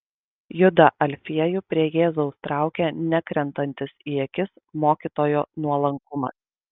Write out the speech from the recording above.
judą alfiejų prie jėzaus traukė nekrentantis į akis mokytojo nuolankumas